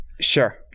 sure